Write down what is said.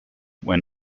when